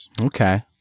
Okay